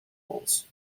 walls